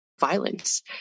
violence